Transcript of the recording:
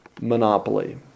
monopoly